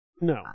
No